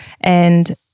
and-